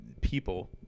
people